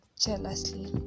jealously